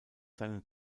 seinen